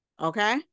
okay